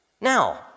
Now